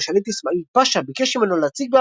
וגם השליט אסמאעיל פאשא ביקש ממנו להציג